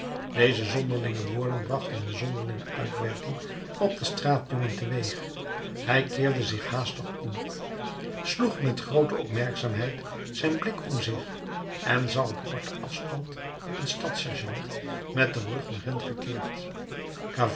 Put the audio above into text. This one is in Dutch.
deze zonderlinge woorden brachten een zonderlinge uitwerking op den straatjongen teweeg hij keerde zich haastig om sloeg met groote opmerkzaamheid zijn blik om zich en zag op korten afstand een stadssergeant met den rug naar hen gekeerd